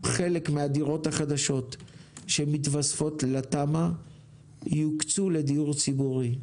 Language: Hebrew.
חלק מהדירות החדשות שמיתוספות לתמ"א יוקצו לדיור ציבורי,